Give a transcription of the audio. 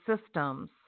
systems